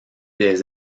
des